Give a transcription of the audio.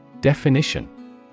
Definition